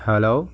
hello